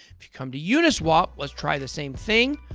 if you come to uniswap, let's try the same thing,